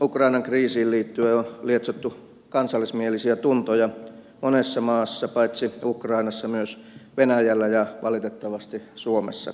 ukrainan kriisiin liittyen on lietsottu kansallismielisiä tuntoja monessa maassa paitsi ukrainassa myös venäjällä ja valitettavasti suomessakin